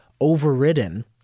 overridden